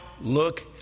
look